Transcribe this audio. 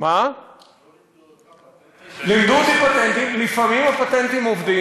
לא לימדו אותך פטנטים?